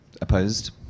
Opposed